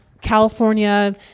California